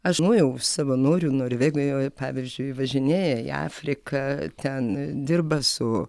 aš žinojau savanorių norvegijoje pavyzdžiui važinėja į afriką ten dirba su